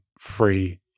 free